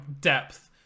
depth